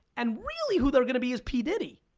and really who they're gonna be is p. diddy.